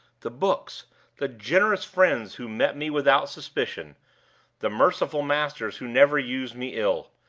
the books the generous friends who met me without suspicion the merciful masters who never used me ill!